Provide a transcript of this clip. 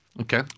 Okay